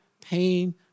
pain